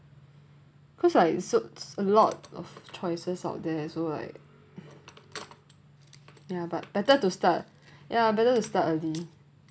oh okay cause like it's so a lot of choices out there also right ya but better to start ya better to start early